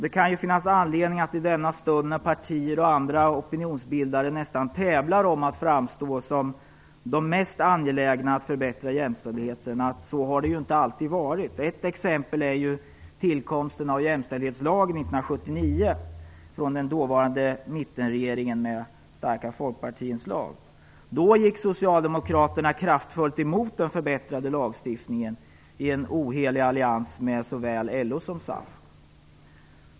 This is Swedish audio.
Det kan ju finnas anledning att i denna stund, när partier och andra opinionsbildare nästan tävlar om att framstå som de mest angelägna om att förbättra jämställdheten, påpeka att det inte alltid varit så. Ett exempel är tillkomsten av jämställdhetslagen 1979 under den dåvarande mittenregeringen med starka folkpartiinslag. Då gick Socialdemokraterna kraftfullt emot en sådan förbättrad lagstiftning, i en ohelig allians med såväl LO som SAF.